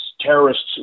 terrorists